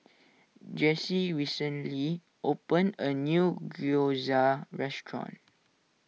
Jessie recently opened a new Gyoza restaurant